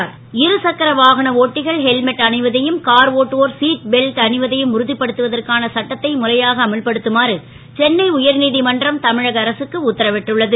helmet இருசக்கர வாகன ஓட்டிகள் ஹெல்மெட் அணிவதையும் கார் ஓட்டுவோர் சிட் பெல்ட் அணிவதையும் உறு ப்படுத்துவதற்கான சட்டத்தை முறையாக அமல்படுத்துமாறு சென்னை உயர்நீ மன்றம் தமிழக அரசுக்கு உத்தரவிட்டுள்ளது